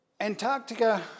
Antarctica